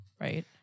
right